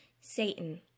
Satan